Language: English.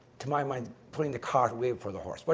to my mind, putting the cart way before the horse. but